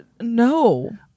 no